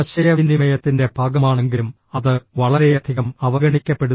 ആശയവിനിമയത്തിന്റെ ഭാഗമാണെങ്കിലും അത് വളരെയധികം അവഗണിക്കപ്പെടുന്നു